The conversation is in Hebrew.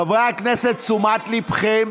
חברי הכנסת, לתשומת ליבכם,